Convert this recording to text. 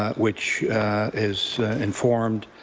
ah which is informed